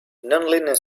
nonlinear